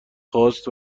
خواست